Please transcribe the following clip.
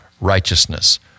righteousness